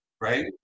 right